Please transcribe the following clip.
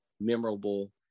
memorable